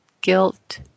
guilt